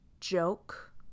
joke